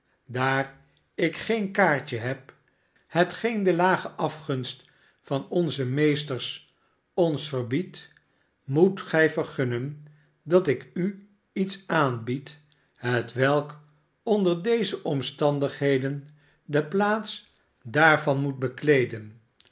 daar ik geen kaartje heb hetgeen de lage afgunst van onze meesters ons verbiedt moet gij vergunnen dat ik u iets aanbied hetwelk onder deze omstandigheden de plaats daarvan moet bekleeden